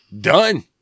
Done